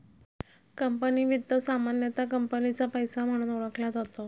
company वित्त सामान्यतः कंपनीचा पैसा म्हणून ओळखला जातो